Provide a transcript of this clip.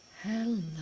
hello